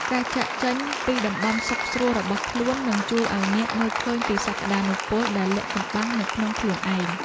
ការចាកចេញពីតំបន់សុខស្រួលរបស់ខ្លួននឹងជួយឱ្យអ្នកមើលឃើញពីសក្តានុពលដែលលាក់កំបាំងនៅក្នុងខ្លួនឯង។